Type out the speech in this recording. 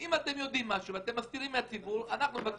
שאם אתם יודעים משהו ואתם מסתירים מהציבור תפרסמו.